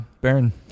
Baron